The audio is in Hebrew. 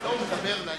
אני מתנצלת.